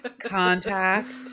contact